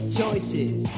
choices